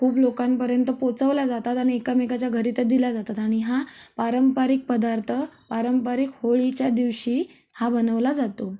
खूप लोकांपर्यंत पोहोचवला जातात आणि एकमेकाच्या घरी तर दिल्या जातात आणि हा पारंपरिक पदार्थ पारंपरिक होळीच्या दिवशी हा बनवला जातो